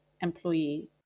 employee